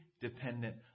dependent